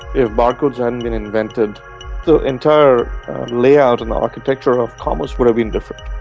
if barcodes haven't been invented the entire layout and architecture of commerce would have been different.